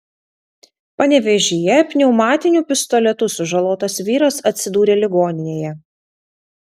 panevėžyje pneumatiniu pistoletu sužalotas vyras atsidūrė ligoninėje